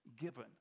given